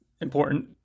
important